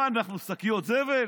מה, אנחנו שקיות זבל?